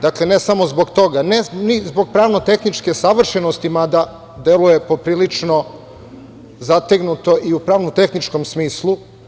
Dakle, ne samo zbog toga, ni zbog pravno-tehničke savršenosti mada deluje poprilično zategnuto i u pravno-tehničkom smislu.